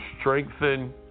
strengthen